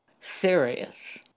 serious